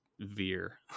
veer